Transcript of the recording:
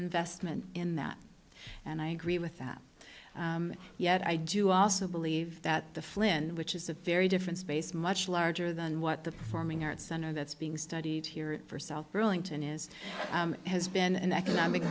investment in that and i agree with that yet i do also believe that the flynn which is a very different space much larger than what the performing arts center that's being studied here for south burlington is has been an economic